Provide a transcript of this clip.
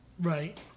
Right